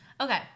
Okay